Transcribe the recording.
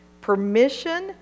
permission